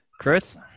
Chris